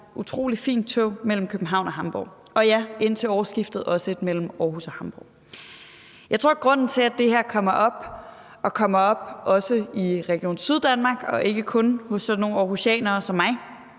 en utrolig fin togforbindelse mellem København og Hamborg, og ja, indtil årsskiftet er der også en mellem Aarhus og Hamborg. Jeg tror, at årsagen til, at det her kommer op, og at det også kommer op i Region Syddanmark og ikke kun blandt sådan nogle aarhusianere som mig,